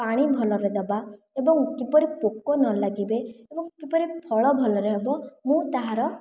ପାଣି ଭଲରେ ଦେବା ଏବଂ କିପରି ପୋକ ନ ଲାଗିବେ ଏବଂ କିପରି ଫଳ ଭଲରେ ହେବ ମୁଁ ତାହାର